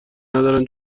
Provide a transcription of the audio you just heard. ندارن